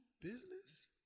business